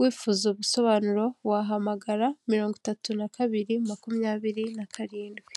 wifuza ubusobanuro wahamagara mirongo itatu na kabiri makumyabiri na karindwi.